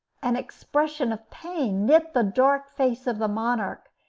an expression of pain knit the dark face of the monarch,